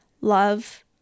love